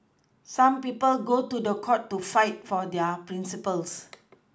some people go to court to fight for their Principles